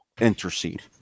intercede